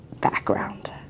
background